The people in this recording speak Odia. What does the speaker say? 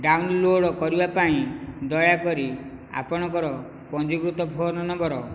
ଡ଼ାଉନଲୋଡ଼୍ କରିବା ପାଇଁ ଦୟାକରି ଆପଣଙ୍କର ପଞ୍ଜୀକୃତ ଫୋନ୍ ନମ୍ବର